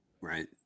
Right